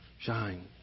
shine